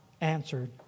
answered